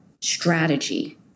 strategy